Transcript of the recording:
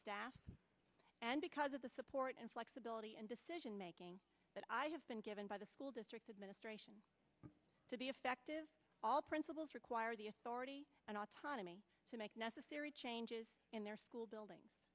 staff and because of the support and flexibility and decision making that i have been given by the school district administration to be effective all principals require the authority and autonomy to make necessary changes in their school building